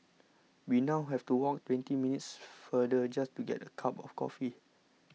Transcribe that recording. we now have to walk twenty minutes farther just to get a cup of coffee